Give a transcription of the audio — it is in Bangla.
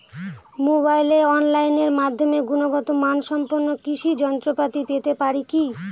মোবাইলে অনলাইনের মাধ্যমে গুণগত মানসম্পন্ন কৃষি যন্ত্রপাতি পেতে পারি কি?